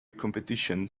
competition